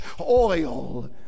oil